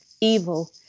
evil